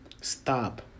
Stop